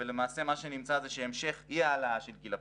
ולמעשה מה שנמצא זה שהמשך אי-העלאה של גיל הפרישה,